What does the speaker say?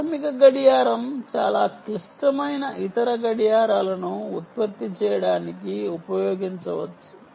ప్రాథమిక క్లాక్ చాలా క్లిష్టమైన ఇతర క్లాక్ లను ఉత్పత్తి చేయడానికి ఉపయోగించవచ్చు